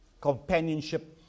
companionship